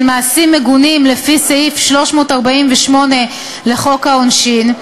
מעשים מגונים לפי סעיף 348 לחוק העונשין,